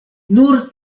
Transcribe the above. nur